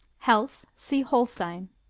health see holstein.